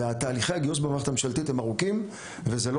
תהליכי הגיוס במערכת הממשלתית הם ארוכים וזה לא